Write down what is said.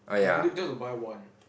you do~ don't need to buy one